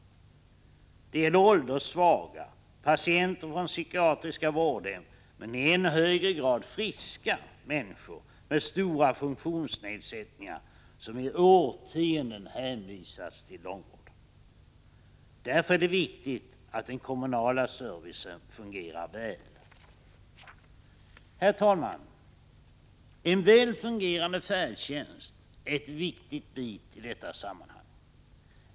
Det gäller ålderssvaga, patienter från psykiatriska vårdhem men i än högre grad ”friska” människor med stora funktionsnedsättningar som i årtionden hänvisats till långvården. Därför är det viktigt att den kommunala servicen fungerar väl. Herr talman! En väl fungerande färdtjänst är en viktig bit i detta sammanhang.